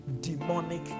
demonic